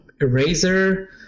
eraser